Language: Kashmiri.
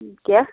کیٛاہ